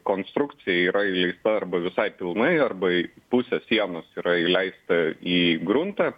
konstrukcija yra įleista arba visai pilnai arba į pusė sienos yra įleista į gruntą